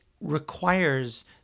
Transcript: requires